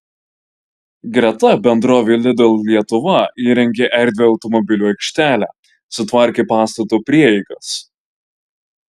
greta bendrovė lidl lietuva įrengė erdvią automobilių aikštelę sutvarkė pastato prieigas